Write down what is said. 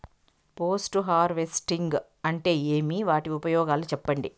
Post harvesting అంటే ఏమి? వాటి ఉపయోగాలు చెప్పండి?